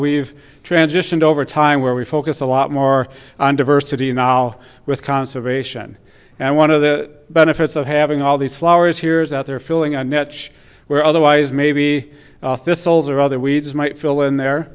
we've transitioned over time where we focus a lot more on diversity now with conservation and one of the benefits of having all these flowers here is out there filling a niche where otherwise maybe this holes or other weeds might fill in there